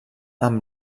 amb